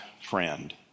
friend